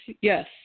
Yes